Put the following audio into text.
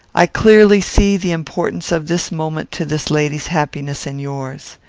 i clearly see the importance of this moment to this lady's happiness and yours.